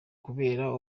kubera